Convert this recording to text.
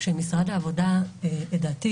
כשמשרד העבודה לדעתי